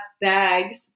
bags